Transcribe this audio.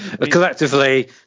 collectively